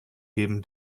geben